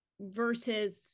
versus